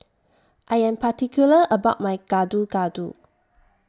I Am particular about My Gado Gado